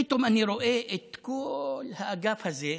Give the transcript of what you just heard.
פתאום אני רואה את כל האגף הזה,